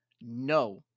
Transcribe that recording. No